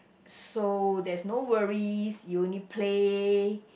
so there's no worries you only play